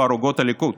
בערוגות הליכוד.